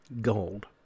Gold